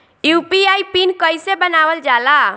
UPI PIN कइसे बनावल जाला?